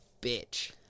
bitch